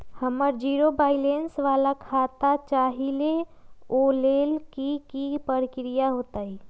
हम zero balance वाला खाता चाहइले वो लेल की की प्रक्रिया होतई?